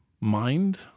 mind